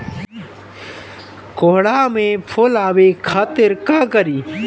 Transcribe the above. कोहड़ा में फुल आवे खातिर का करी?